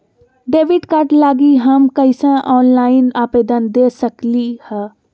Debit card लागी हम कईसे ऑनलाइन आवेदन दे सकलि ह?